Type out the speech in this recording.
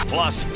Plus